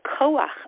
koach